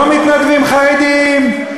לא מתנדבים חרדים?